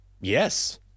Yes